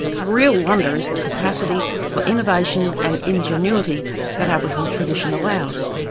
the real wonder is the capacity for innovation and ingenuity that aboriginal tradition allows.